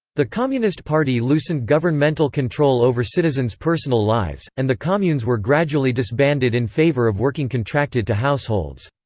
the communist party loosened governmental control over citizens' personal lives, and the communes were gradually disbanded in favor of working contracted to households.